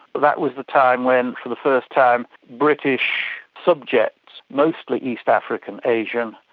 that was the time when for the first time british subjects, mostly east african, asian,